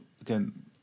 again